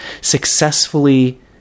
successfully